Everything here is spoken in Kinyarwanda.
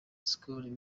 skol